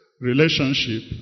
relationship